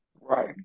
Right